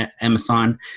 Amazon